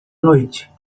noite